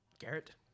Garrett